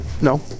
No